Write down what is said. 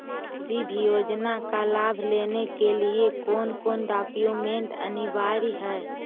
किसी भी योजना का लाभ लेने के लिए कोन कोन डॉक्यूमेंट अनिवार्य है?